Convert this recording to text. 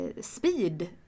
speed